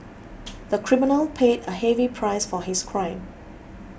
the criminal paid a heavy price for his crime